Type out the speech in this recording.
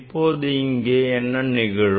இப்போது இங்கே என்ன நிகழும்